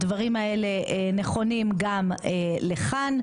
הדברים האלה נכונים גם לכאן,